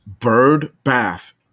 birdbath